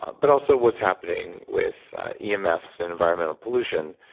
but also what's happening with yeah emfs, and environmental pollution,